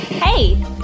Hey